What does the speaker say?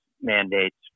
mandates